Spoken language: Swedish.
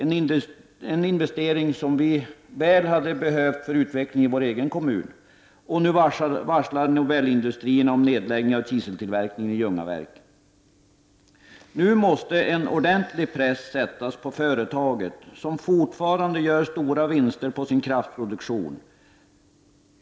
Det är en investering som vi väl skulle ha behövt för utvecklingen i vår egen kommun. Nu varslar Nobel Industrier om nedläggning av kiseltillverkningen i Ljungaverk. Nu måste en ordentlig press sättas på företaget, som fortfarande gör stora vinster på sin kraftproduktion.